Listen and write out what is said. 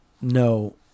no